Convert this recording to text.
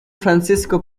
francisco